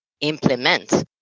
implement